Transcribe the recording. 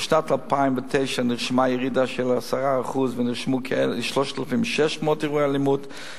בשנת 2009 נרשמה ירידה של כ-10% ונרשמו כ-3,600 אירועי אלימות,